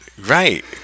right